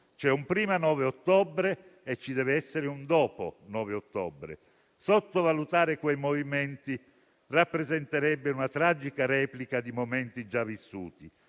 C'è un prima 9 ottobre e ci deve essere un dopo 9 ottobre: sottovalutare quei movimenti rappresenterebbe una tragica replica di momenti già vissuti